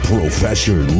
Professor